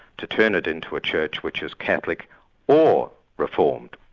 to turn it into a church which is catholic or reformed,